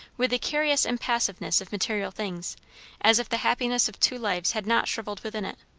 with the curious impassiveness of material things as if the happiness of two lives had not shrivelled within it.